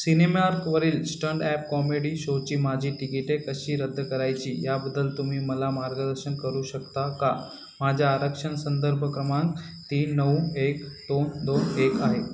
सिनेमार्कवरील stand up comedy शोची माझी तिकिटे कशी रद्द करायची याबद्दल तुम्ही मला मार्गदर्शन करू शकता का माझ्या आरक्षण संदर्भ क्रमांक तीन नऊ एक दोन दोन एक आहे